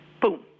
boom